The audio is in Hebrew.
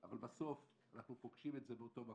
אבל בסוף אנחנו פוגשים את זה באותו מקום.